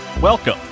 Welcome